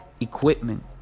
equipment